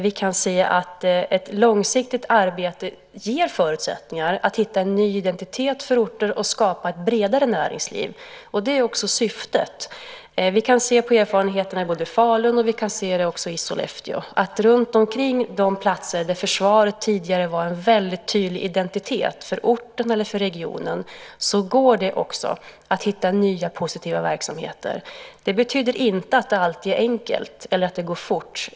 Vi kan se att ett långsiktigt arbete ger förutsättningar att hitta en ny identitet för orter och skapa ett bredare näringsliv, och det är också syftet. Vi kan se på erfarenheterna från både Falun och Sollefteå: Runtomkring de platser där försvaret tidigare var en väldigt tydlig identitet för orten eller regionen går det att hitta nya, positiva verksamheter. Det betyder inte att det alltid är enkelt eller går fort.